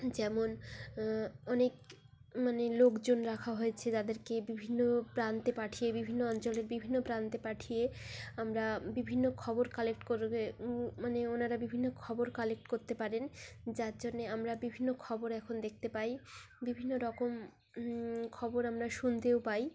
যেমন অনেক মানে লোকজন রাখা হয়েছে যাদেরকে বিভিন্ন প্রান্তে পাঠিয়ে বিভিন্ন অঞ্চলের বিভিন্ন প্রান্তে পাঠিয়ে আমরা বিভিন্ন খবর কালেক্ট করবে মানে ওনারা বিভিন্ন খবর কালেক্ট করতে পারেন যার জন্যে আমরা বিভিন্ন খবর এখন দেখতে পাই বিভিন্ন রকম খবর আমরা শুনতেও পাই